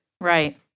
Right